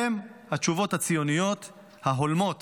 הם התשובות הציוניות ההולמות